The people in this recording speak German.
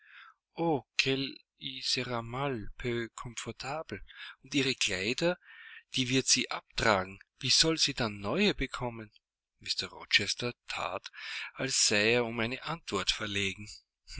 comfortble und ihre kleider die wird sie abtragen wie soll sie dann neue bekommen mr rochester that als sei er um eine antwort verlegen